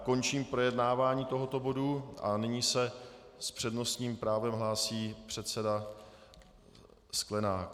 Končím projednávání tohoto bodu a nyní se s přednostním právem hlásí předseda Sklenák.